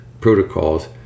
protocols